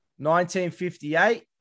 1958